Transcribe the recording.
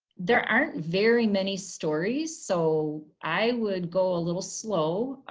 there aren't very many stories so i would go a little slow.